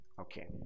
Okay